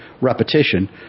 repetition